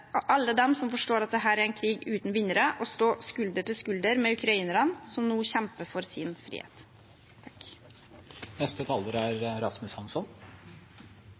alle dem som forstår at dette er en krig uten vinnere, og stå skulder ved skulder med ukrainerne, som nå kjemper for sin frihet.